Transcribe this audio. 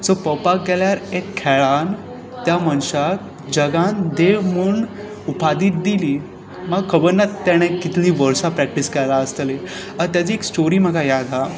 so पोवपाक गेल्यार एक खेळान त्या मनशाक जगान देव म्हूण उपादी दिली म्हाका खबर ना ताणे कितलीं वर्सां प्रेक्टीस केला आसतली ताजी एक स्टोरी म्हाका याद आसा